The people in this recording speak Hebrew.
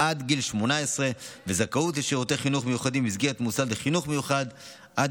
עד גיל 18 וזכאות לשירותי חינוך מיוחדים במסגרת מוסד לחינוך מיוחד עד